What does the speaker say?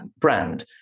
brand